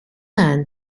man